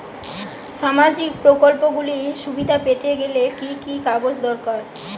সামাজীক প্রকল্পগুলি সুবিধা পেতে গেলে কি কি কাগজ দরকার?